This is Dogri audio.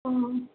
हां